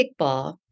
kickball